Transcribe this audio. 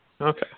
Okay